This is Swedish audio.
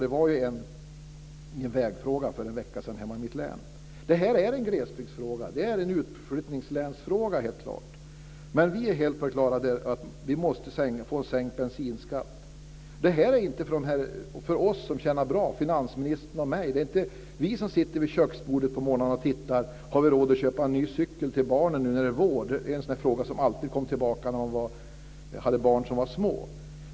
Det var en sådan i en vägfråga för en vecka sedan i mitt län. Detta är en glesbygdsfråga. Det är en utflyttningslänsfråga. Vi är helt på det klara med om att det måste bli en sänkt bensinskatt. Det här gäller inte oss som tjänar bra, dvs. finansministern och jag. Det är inte vi som sitter vid köksbordet om morgnarna och diskuterar om vi har råd att köpa en ny cykel till barnen till våren. Det var en fråga som alltid kom tillbaka när barnen var små.